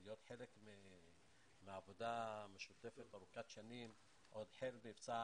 להיות חלק מעבודה משותפת ארוכת שנים, עוד ממבצע